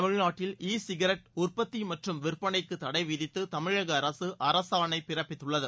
தமிழ்நாட்டில் e cigarette உற்பத்தி மற்றும் விற்பனைக்கு தடைவிதித்து தமிழக அரசு அரசாணை பிறப்பித்துள்ளது